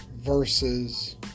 versus